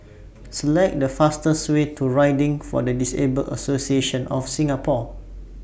Select The fastest Way to Riding For The Disabled Association of Singapore